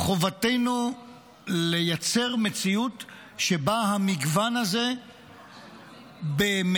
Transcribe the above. חובתנו לייצר מציאות שבה המגוון הזה במציאות,